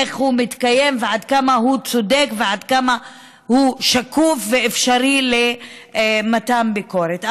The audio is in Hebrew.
איך הוא מתקיים ועד כמה הוא צודק ועד כמה הוא שקוף ואפשרי למתן ביקורת.